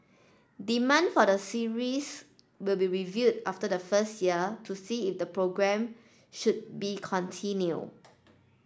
demand for the series will be reviewed after the first year to see if the programme should be continue